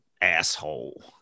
asshole